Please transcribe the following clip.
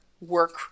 work